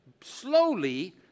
slowly